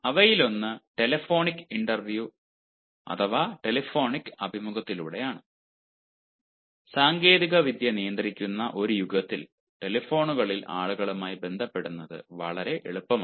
അവയിലൊന്ന് telephonic interview അഥവാ അഭിമുഖത്തിലൂടെയാണ് സാങ്കേതികവിദ്യ നിയന്ത്രിക്കുന്ന ഒരു യുഗത്തിൽ ടെലിഫോണുകളിൽ ആളുകളുമായി ബന്ധപ്പെടുന്നത് വളരെ എളുപ്പമാണ്